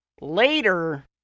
Later